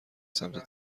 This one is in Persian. سمت